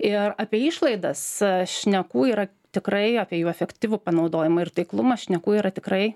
ir apie išlaidas šnekų yra tikrai apie jų efektyvų panaudojimą ir taiklumą šnekų yra tikrai